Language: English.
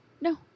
No